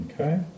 Okay